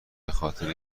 بخاطر